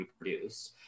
reproduce